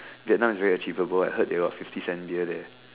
Vietnam is very achievable I heard that they got the fifty cent beer there